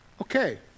Okay